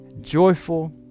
joyful